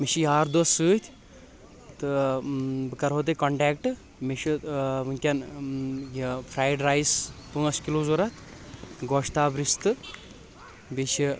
مےٚ چھِ یار دوس سۭتۍ تہٕ بہٕ کرو تۄہہِ کونٹیکٹ مےٚ چھ ؤنۍ کٮ۪ن یہِ فرایڈ رایس پانٛژھ کِلوٗ ضروٗرت گۄشتاب رِستہٕ بیٚیہِ چھِ